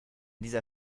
dieser